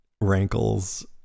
rankles